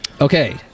Okay